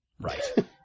Right